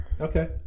Okay